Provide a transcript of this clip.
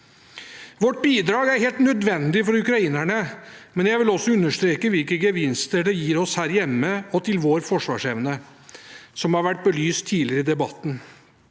Vårt bidrag er helt nødvendig for ukrainerne, men jeg vil også understreke hvilke gevinster det gir oss her hjemme og til vår forsvarsevne, noe som har vært belyst tidligere i debatten.